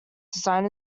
design